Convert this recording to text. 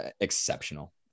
exceptional